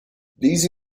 these